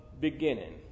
beginning